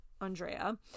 Andrea